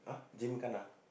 ah gym kena